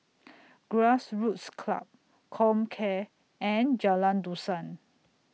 Grassroots Club Comcare and Jalan Dusan